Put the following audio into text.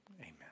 Amen